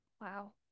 wow